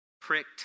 pricked